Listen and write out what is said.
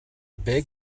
big